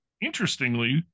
interestingly